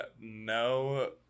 no